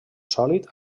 sòlid